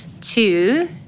Two